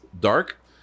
dark